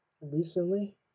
recently